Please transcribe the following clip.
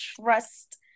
trust